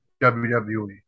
WWE